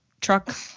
truck